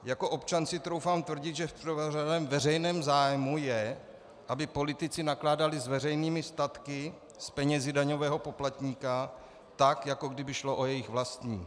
Jako občan si troufám tvrdit, že v prvořadém veřejném zájmu je, aby politici nakládali s veřejnými statky, s penězi daňového poplatníka tak, jako kdyby šlo o jejich vlastní.